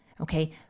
Okay